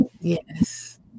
Yes